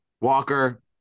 Walker